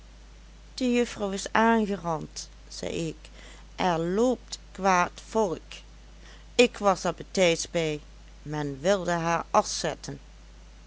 de juffrouw is aangerand zei ik er loopt kwaad volk ik was er bijtijds bij men wilde haar afzetten